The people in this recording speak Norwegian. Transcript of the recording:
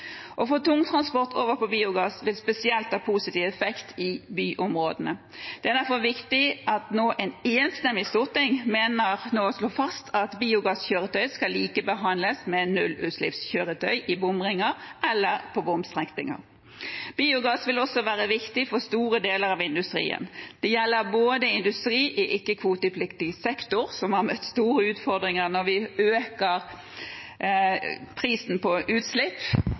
For tungtransport vil overgang til biogass spesielt ha positiv effekt i byområdene. Det er derfor viktig at et enstemmig storting nå slår fast at biogasskjøretøy skal likebehandles med nullutslippskjøretøy i bomringer eller på bomstrekninger. Biogass vil også være viktig for store deler av industrien. Det gjelder både industri i ikke-kvotepliktig sektor, som har møtt store utfordringer når vi øker prisen på utslipp